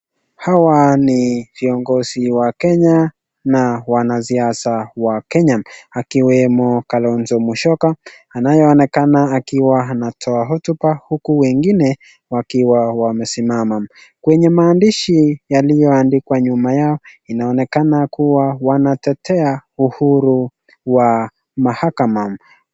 Hawa ni viongozi wa Kenya na wanasiasa wa Kenya akiwemo Kalonzo Musyoka anayeonekana akiwa anatoa hotuba huku wengine wakiwa wamesimama. Kwenye maandishi yaliyoandikwa nyuma yao inaonekana kuwa wanatetea uhuru wa mahakama.